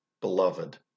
beloved